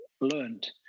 learned